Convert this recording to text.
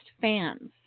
fans